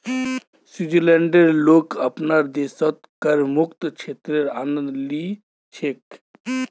स्विट्जरलैंडेर लोग अपनार देशत करमुक्त क्षेत्रेर आनंद ली छेक